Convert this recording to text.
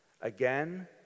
Again